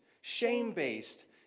shame-based